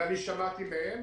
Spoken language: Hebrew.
ואני שמעתי מהם.